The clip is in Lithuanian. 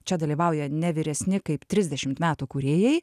čia dalyvauja ne vyresni kaip trisdešimt metų kūrėjai